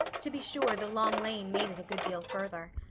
to be sure, the long lane made it a good deal further.